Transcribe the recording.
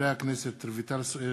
חברי הכנסת רויטל סויד